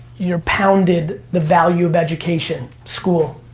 you're pounded the value of education, school.